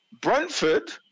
Brentford